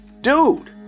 Dude